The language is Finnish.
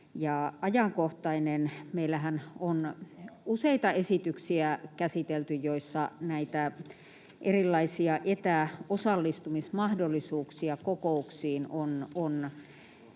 Meillähän on käsitelty useita esityksiä, joissa näitä erilaisia etäosallistumismahdollisuuksia kokouksiin on